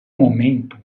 momento